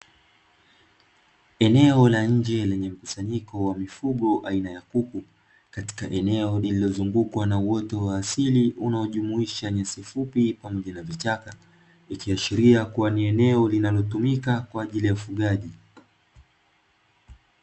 Eneo la nje lenye mkusanyiko wa mifugo aina ya kuku katika eneo lililozungukwa na uoto wa asili, unaojumuisha nyasi fupi pamoja na vichaka ikiashiria kuwa ni eneo linalotumika kwa ajili ya ufugaji.